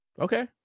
Okay